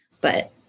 but-